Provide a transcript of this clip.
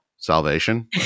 salvation